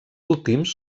últims